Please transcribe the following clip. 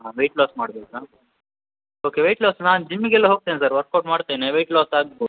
ಹಾಂ weight loss ಮಾಡಬೇಕಾ okay weight loss ನಾನು ಜಿಮ್ಮಿಗೆಲ್ಲ ಹೋಗ್ತೇನೆ ಸರ್ ವರ್ಕ್ ಔಟ್ ಮಾಡ್ತೇನೆ ವೆಯ್ಟ್ ಲಾಸ್ ಆಗ್ಬೋದು